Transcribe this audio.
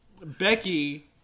Becky